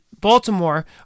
Baltimore